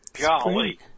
Golly